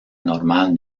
normal